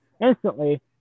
Instantly